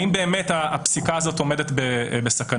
האם באמת הפסיקה הזאת עומדת בסכנה.